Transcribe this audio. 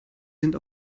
sind